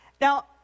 Now